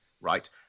right